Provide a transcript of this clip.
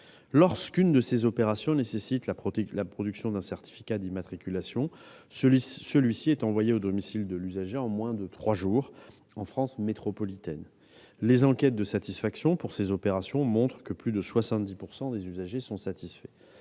Lorsque l'une de ces opérations nécessite la production d'un certificat d'immatriculation, celui-ci est envoyé au domicile de l'usager en moins de trois jours, en France métropolitaine. Les enquêtes de satisfaction pour ces opérations montrent que plus de 70 % des usagers sont satisfaits.